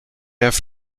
have